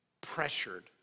Pressured